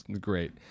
Great